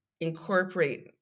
incorporate